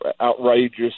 outrageous